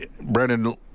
Brennan